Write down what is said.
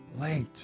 late